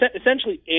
essentially